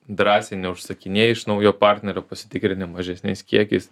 drąsiai neužsakinėji iš naujo partnerio pasitikrini mažesniais kiekiais